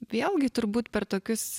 vėlgi turbūt per tokius